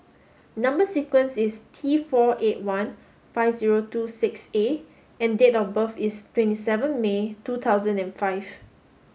number sequence is T four eight one five zero two six A and date of birth is twenty seven May two thousand and five